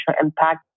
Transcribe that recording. impact